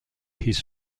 his